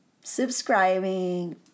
subscribing